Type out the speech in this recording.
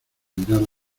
mirar